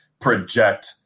project –